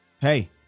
hey